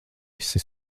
esi